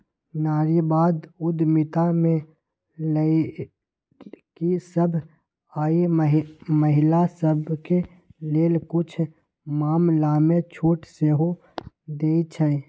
नारीवाद उद्यमिता में लइरकि सभ आऽ महिला सभके लेल कुछ मामलामें छूट सेहो देँइ छै